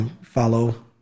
Follow